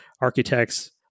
architects